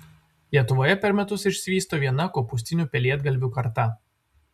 lietuvoje per metus išsivysto viena kopūstinių pelėdgalvių karta